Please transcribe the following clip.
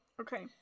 Okay